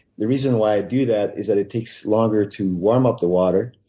the reason why i do that is that it takes longer to warm up the water.